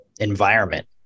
environment